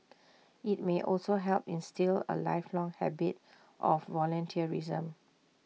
IT may also help instil A lifelong habit of volunteerism